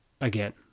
again